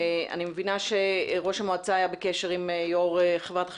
אני מבינה שראש המועצה היה בקשר עם יו"ר חברת החשמל,